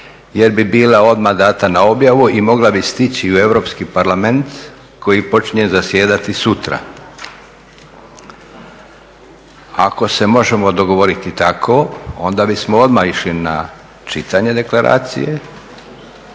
jer bi bila odmah dana na objavu i mogla bi stići u Europski parlament koji počinje zasjedati sutra. Ako se možemo dogovoriti tako, onda bismo odmah išli na čitanje Deklaracije.